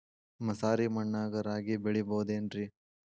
ಮಸಾರಿ ಮಣ್ಣಾಗ ರಾಗಿ ಬೆಳಿಬೊದೇನ್ರೇ?